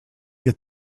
get